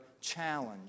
challenge